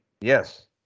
Yes